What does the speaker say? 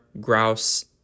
grouse